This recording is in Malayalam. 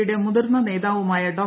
യുടെ മുതിർന്ന നേതാവുമായ ഡോ